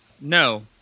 no